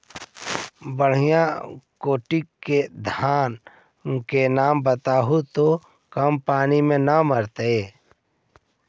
बढ़िया कोटि के धान के नाम बताहु जो कम पानी में न मरतइ?